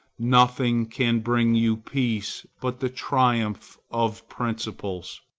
nothing can bring you peace but the triumph of principles.